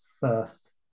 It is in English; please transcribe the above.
first